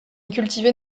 cultivait